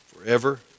forever